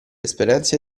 esperienze